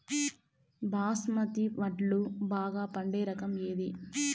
బాస్మతి వడ్లు బాగా పండే రకం ఏది